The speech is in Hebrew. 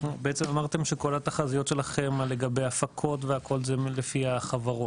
בעצם אמרתם שכל התחזיות שלכם לגבי הפקות והכל הן לפי החברות,